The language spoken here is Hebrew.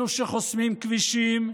אלו שחוסמים כבישים,